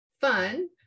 fun